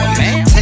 man